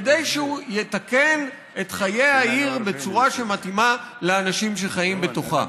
כדי שהוא יתקן את חיי העיר בצורה שמתאימה לאנשים שחיים בתוכה.